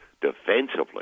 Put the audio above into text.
defensively